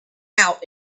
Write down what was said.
out